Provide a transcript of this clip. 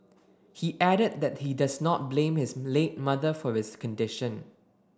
he added that he does not blame his late mother for his condition